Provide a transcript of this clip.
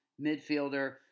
midfielder